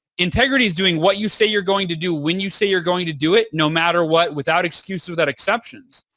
integrity is doing what you say you're going to do when you say you're going to do it no matter what, without excuses, without exceptions.